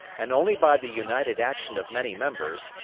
and only by the united action of many members,